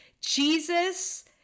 Jesus